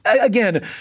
again